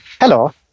Hello